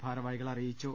ഭാർവാഹികൾ അറിയിച്ചു